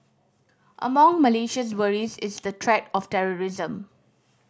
among Malaysia's worries is the threat of terrorism